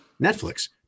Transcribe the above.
Netflix